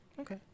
Okay